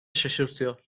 şaşırtıyor